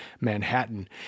Manhattan